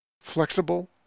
Flexible